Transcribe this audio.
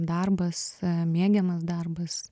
darbas mėgiamas darbas